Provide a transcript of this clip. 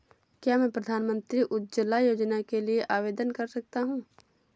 क्या मैं प्रधानमंत्री उज्ज्वला योजना के लिए आवेदन कर सकता हूँ?